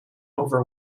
over